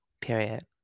Period